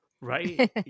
right